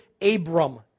Abram